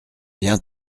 bien